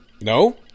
No